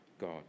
God